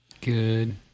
Good